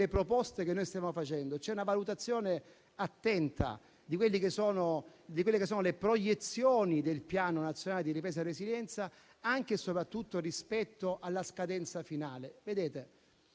proposte che stiamo facendo, c'è una valutazione attenta delle proiezioni del Piano nazionale di ripresa e resilienza anche e soprattutto rispetto alla scadenza finale.